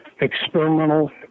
experimental